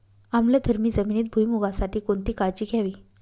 आम्लधर्मी जमिनीत भुईमूगासाठी कोणती काळजी घ्यावी?